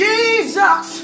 Jesus